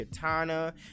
katana